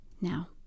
Now